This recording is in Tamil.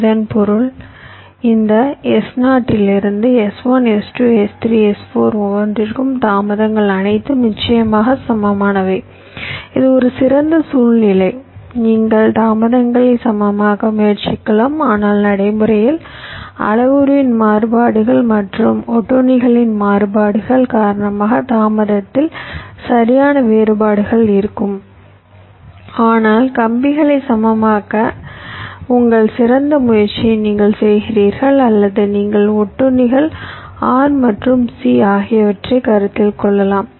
இதன் பொருள் இந்த S0 இலிருந்து S1 S2 S3 S4 ஒவ்வொன்றிற்கும் தாமதங்கள் அனைத்தும் நிச்சயமாக சமமானவை இது ஒரு சிறந்த சூழ்நிலை நீங்கள் தாமதங்களை சமமாக்க முயற்சிக்கலாம் ஆனால் நடைமுறையில் அளவுருவின் மாறுபாடுகள் மற்றும் ஒட்டுண்ணிகளின் மாறுபாடுகள் காரணமாக தாமதத்தில் சரியான வேறுபாடுகள் இருக்கும் ஆனால் கம்பிகளை சமமாக்க உங்கள் சிறந்த முயற்சியை நீங்கள் செய்கிறீர்கள் அல்லது நீங்கள் ஒட்டுண்ணிகள் R மற்றும் C ஆகியவற்றைக் கருத்தில் கொள்ளலாம்